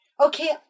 Okay